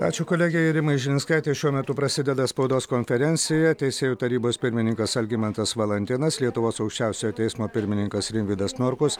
ačiū kolegei rimai žilinskaitei šiuo metu prasideda spaudos konferencija teisėjų tarybos pirmininkas algimantas valantinas lietuvos aukščiausiojo teismo pirmininkas rimvydas norkus